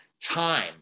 time